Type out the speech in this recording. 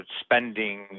spending